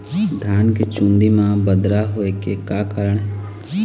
धान के चुन्दी मा बदरा होय के का कारण?